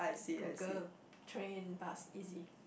Google train bus easy